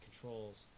controls